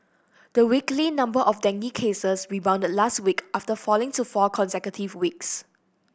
the weekly number of dengue cases rebounded last week after falling to four consecutive weeks